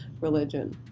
religion